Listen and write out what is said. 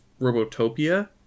Robotopia